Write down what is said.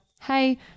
hey